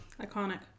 Iconic